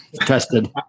tested